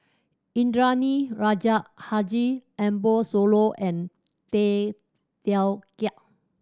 Indranee Rajah Haji Ambo Sooloh and Tay Teow Kiat